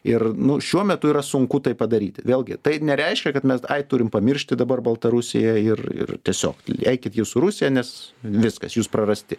ir nu šiuo metu yra sunku tai padaryti vėlgi tai nereiškia kad mes ai turim pamiršti dabar baltarusiją ir ir tiesiog eikit jūs su rusija nes viskas jus prarasti